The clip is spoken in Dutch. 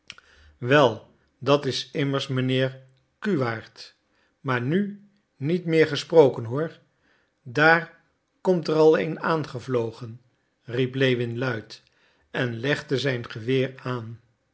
wel dat is immers mijnheer cuwaert maar nu niet meer gesproken hoor daar komt er al een aangevlogen riep lewin luid en legde zijn geweer aan